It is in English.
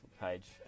page